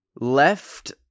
Left